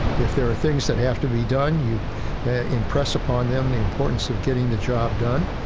if there are things that have to be done, you yeah impress upon them the importance of getting the job done,